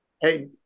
Hey